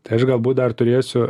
tai aš galbūt dar turėsiu